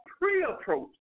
pre-approach